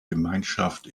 gemeinschaft